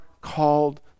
called